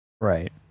right